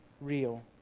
real